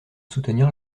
soutenir